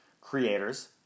creators